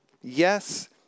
Yes